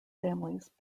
families